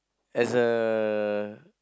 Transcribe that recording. as a